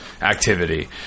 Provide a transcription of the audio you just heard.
Activity